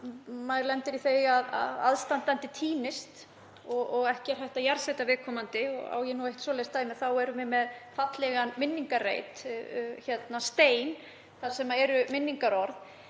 lendir í því að aðstandandi týnist og ekki er hægt að jarðsetja viðkomandi, og á ég eitt svoleiðis dæmi, þá erum við með fallegan minningarreit, stein þar sem eru minningarorð.